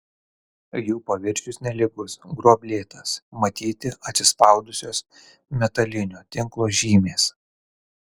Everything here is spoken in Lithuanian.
jų paviršius nelygus gruoblėtas matyti atsispaudusios metalinio tinklo žymės